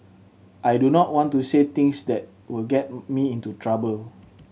I do not want to say things that will get me into trouble